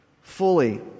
fully